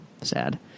Sad